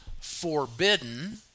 Forbidden